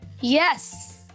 Yes